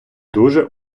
дуже